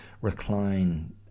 recline